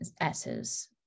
S's